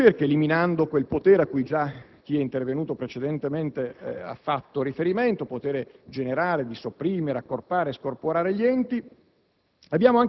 sulla ricerca, eliminando quel potere a cui già chi è intervenuto precedentemente ha fatto riferimento: potere generale di sopprimere, accorpare e scorporare gli enti.